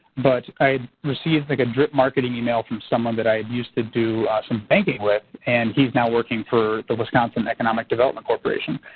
but i received like a drip marketing email from someone that i used to do some banking with. and he's now working for the wisconsin economic development corporation.